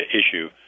issue